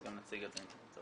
אז נציג גם אותם אם צריך.